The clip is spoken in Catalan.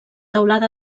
teulada